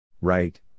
Right